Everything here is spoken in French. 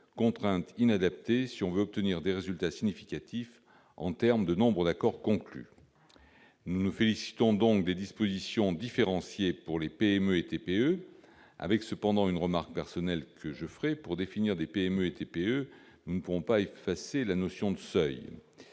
contrainte inadaptée si l'on veut obtenir des résultats significatifs en termes de nombre d'accords conclus. Je me félicite donc des dispositions différenciées pour les PME et TPE, en formulant cependant une remarque personnelle : pour définir des PME et TPE, nous ne pourrons pas effacer la notion de seuil,